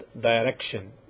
direction